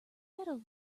better